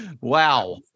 Wow